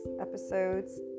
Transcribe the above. Episodes